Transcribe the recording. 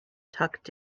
tucked